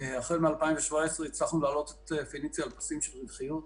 החל מ-2017 הצלחנו להעלות את "פניציה" לפסים של רווחיות,